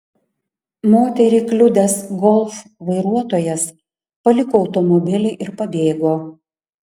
moterį kliudęs golf vairuotojas paliko automobilį ir pabėgo